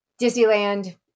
Disneyland